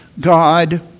God